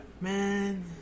man